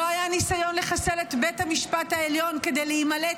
לא היה ניסיון לחסל את בית המשפט העליון כדי להימלט